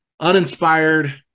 uninspired